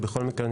בכל מקרה,